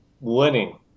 Winning